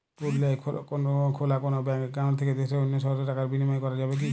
পুরুলিয়ায় খোলা কোনো ব্যাঙ্ক অ্যাকাউন্ট থেকে দেশের অন্য শহরে টাকার বিনিময় করা যাবে কি?